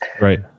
Right